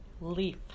leaf